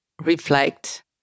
Reflect